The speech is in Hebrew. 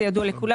זה ידוע לכולם.